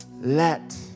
let